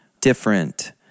different